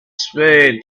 spade